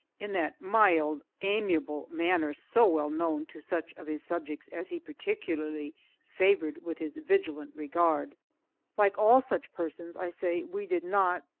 in that mild, amiable manner so well known to such of his subjects as he particularly favored with his vigilant regard like all such persons, i say, we did not,